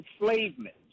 enslavement